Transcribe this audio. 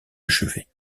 achevés